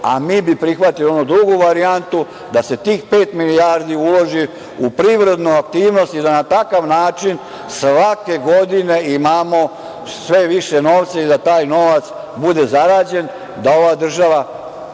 a mi bi prihvatili onu drugu varijantu, da se tih pet milijardi uloži u privrednu aktivnost i da na takav način svake godine imamo sve više novca i da da taj novac bude zarađen, da ova država